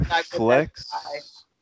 Flex